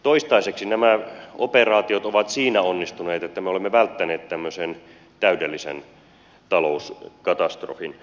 toistaiseksi nämä operaatiot ovat siinä onnistuneet että me olemme välttäneet tämmöisen täydellisen talouskatastrofin